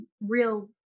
real